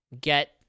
get